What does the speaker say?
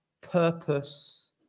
purpose